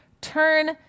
turn